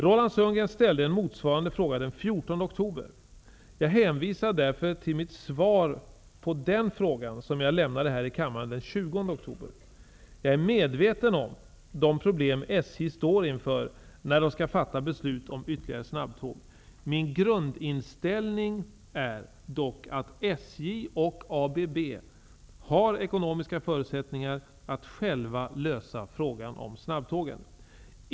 Roland Sundgren ställde en motsvarande fråga den 14 oktober. Jag hänvisar därför till mitt svar på den frågan, som jag lämnade här i kammaren den 20 oktober. Jag är medveten om de problem SJ står inför när det skall fatta beslut om ytterligare snabbtåg. Min grundinställning är dock att SJ och ABB har ekonomiska förutsättningar att själva lösa frågan om snabbtågen.